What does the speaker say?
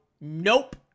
nope